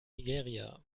nigeria